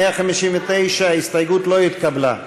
159, ההסתייגות לא התקבלה.